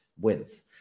wins